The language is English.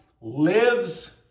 lives